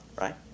right